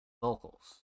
vocals